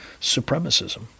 supremacism